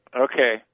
Okay